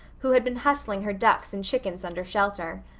who had been hustling her ducks and chickens under shelter.